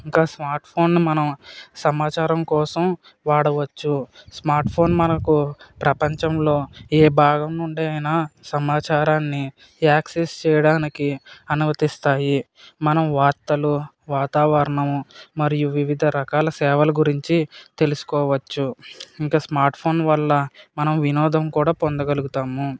ఇంకా స్మార్ట్ ఫోన్ను మనం సమాచారం కోసం వాడవచ్చు స్మార్ట్ ఫోన్ మనకు ప్రపంచంలో ఏ భాగం నుండి అయినా సమాచారాన్ని యాక్సెస్ చేయడానికి అనుమతిస్తాయి మనం వార్తలు వాతావరణము మరియు వివిధ రకాల సేవల గురించి తెలుసుకోవచ్చు ఇంకా స్మార్ట్ ఫోన్ వల్ల మనం వినోదం కూడా పొందగలగుతాము